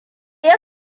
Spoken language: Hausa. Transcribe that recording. ya